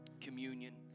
communion